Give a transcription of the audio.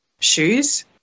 shoes